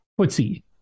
footsie